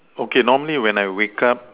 okay normally when I wake up